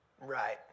Right